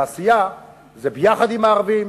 ועשייה זה יחד עם הערבים,